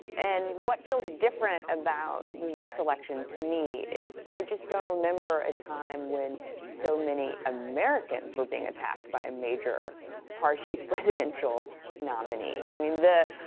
and what feels different about this election to me is i just don't remember a time when so many americans were being attacked by a major party's presidential nominee. i mean,